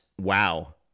wow